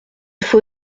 faut